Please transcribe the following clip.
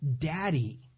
daddy